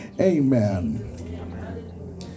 amen